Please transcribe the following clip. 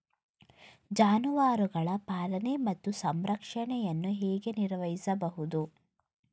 ಜಾನುವಾರುಗಳ ಪಾಲನೆ ಮತ್ತು ಸಂರಕ್ಷಣೆಯನ್ನು ಹೇಗೆ ನಿರ್ವಹಿಸಬಹುದು?